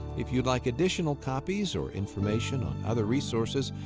if you'd like additional copies or information on other resources,